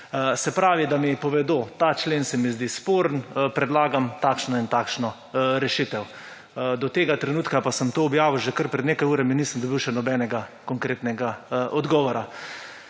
Se pravi, da mi povedo, ta člen se mi zdi sporen, predlagam takšno in takšno rešitev, do tega trenutka, pa sem to objavil že kar pred nekaj urami, nisem dobil še nobenega konkretnega odgovora.